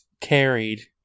carried